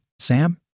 Sam